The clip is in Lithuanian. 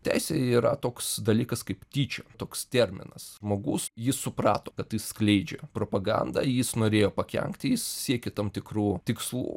teisėj yra toks dalykas kaip tyčia toks terminas žmogus jis suprato kad jis skleidžia propagandą jis norėjo pakenkti jis siekė tam tikrų tikslų